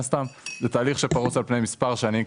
תהליך שפרוס על פני מספר שנים,